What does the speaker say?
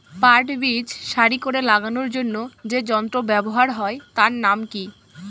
পাট বীজ সারি করে লাগানোর জন্য যে যন্ত্র ব্যবহার হয় তার নাম কি?